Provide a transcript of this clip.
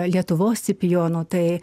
lietuvos scipionu tai